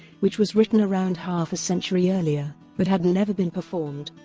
which was written around half a century earlier, but had never been performed.